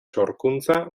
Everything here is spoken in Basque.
sorkuntza